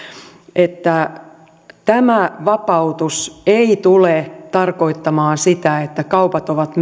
että tämä vapautus ei tule tarkoittamaan sitä että kaupat ovat